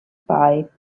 pipe